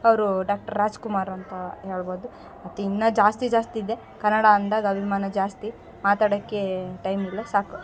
ಅವರು ಡಾಕ್ಟರ್ ರಾಜ್ಕುಮಾರ್ ಅಂತ ಹೇಳ್ಬೌದು ಮತ್ತು ಇನ್ನು ಜಾಸ್ತಿ ಜಾಸ್ತಿ ಇದೆ ಕನ್ನಡ ಅಂದಾಗ ಅಭಿಮಾನ ಜಾಸ್ತಿ ಮಾತಾಡೋಕೆ ಟೈಮ್ ಇಲ್ಲ ಸಾಕು